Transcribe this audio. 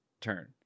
turn